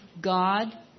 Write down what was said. God